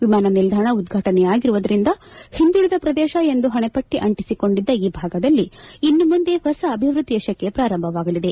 ವಿಮಾನ ನಿಲ್ದಾಣ ಉದ್ಘಾಟನೆಯಾಗಿರುವುದರಿಂದ ಹಿಂದುಳಿದ ಪ್ರದೇಶ ಎಂದು ಪಣೆಪಟ್ಟಿ ಅಂಟಿಸಿಕೊಂಡಿದ್ದ ಈ ಭಾಗದಲ್ಲಿ ಇನ್ನು ಮುಂದೆ ಹೊಸ ಅಭಿವೃದ್ದಿಯ ಶಕೆ ಪ್ರಾರಂಭವಾಗಲಿದೆ